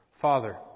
Father